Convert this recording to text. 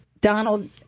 Donald